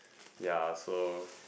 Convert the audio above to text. ya so